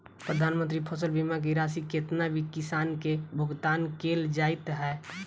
प्रधानमंत्री फसल बीमा की राशि केतना किसान केँ भुगतान केल जाइत है?